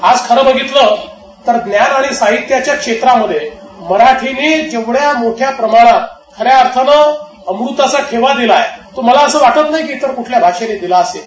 आज खरं बघितलं तर ज्ञान आणि साहित्याच्या क्षेत्रातामध्ये मराठीनं जेवढ्या मोठ्या प्रमाणात खऱ्या अर्थानं अमृताचा ठेवा दिलाय मला असं वाटत नाही की इतर कुठल्या भाषेनं दिला असेल